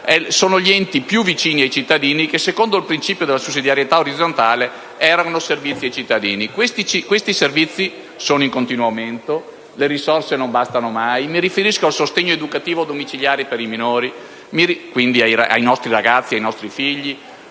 sono gli enti più vicini ai cittadini che, secondo il citato principio di sussidiarietà orizzontale, erogano servizi ai cittadini. Questi servizi sono in continuo aumento e le risorse non bastano mai. Mi riferisco al sostegno educativo domiciliare per i minori, quindi ai nostri ragazzi, ai nostri figli,